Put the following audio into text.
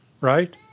right